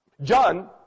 John